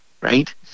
right